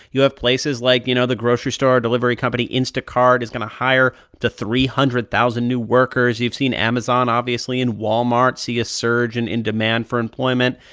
you have places like you know, the grocery store delivery company instacart is going to hire up to three hundred thousand new workers. you've seen amazon, obviously, and walmart see a surge and in demand for employment.